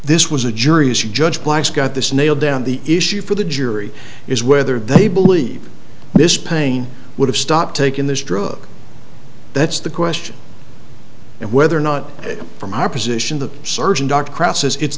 this was a jury is judge black's got this nailed down the issue for the jury is whether they believe this pain would have stopped taking this drug that's the question and whether or not from our position the surgeon dr